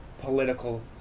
political